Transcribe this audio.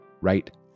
right